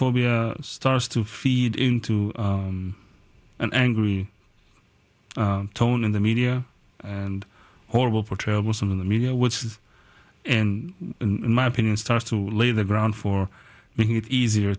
phobia starts to feed into an angry tone in the media and horrible for troublesome in the media which is and in my opinion starts to lay the ground for making it easier